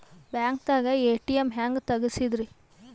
ಬ್ಯಾಂಕ್ದಾಗ ಎ.ಟಿ.ಎಂ ಹೆಂಗ್ ತಗಸದ್ರಿ?